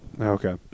Okay